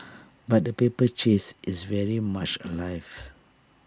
but the paper chase is very much alive